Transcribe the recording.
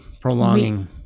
Prolonging